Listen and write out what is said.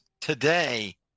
today